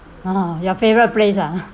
ah your favourite place ah